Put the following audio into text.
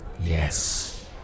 Yes